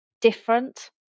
different